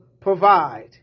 provide